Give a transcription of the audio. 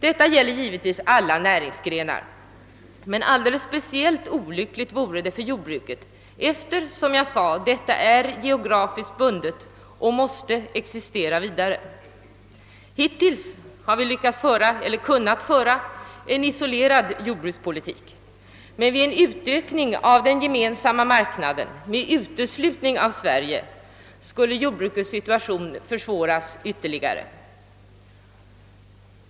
Detta gäller givetvis alla näringsgrenar, men alldeles speciellt olyckligt vore det för jordbruket eftersom detta, som jag sade, är geografiskt bundet och måste existera vidare. Hittills har vi kunnat föra en isolerad jordbrukspolitik, men vid en utökning av Gemensamma marknaden med uteslutning av Sverige skulle jordbrukets situation försvåras ytterligare.